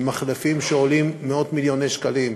עם מחלפים שעולים מאות-מיליוני שקלים,